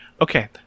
Okay